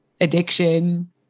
addiction